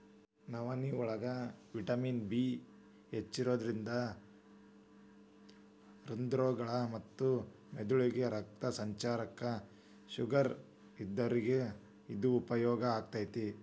ನವನಿಯೋಳಗ vitamin B ಹೆಚ್ಚಿರೋದ್ರಿಂದ ಹೃದ್ರೋಗ ಮತ್ತ ಮೆದಳಿಗೆ ರಕ್ತ ಸಂಚಾರಕ್ಕ, ಶುಗರ್ ಇದ್ದೋರಿಗೆ ಇದು ಉಪಯೋಗ ಆಕ್ಕೆತಿ